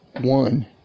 one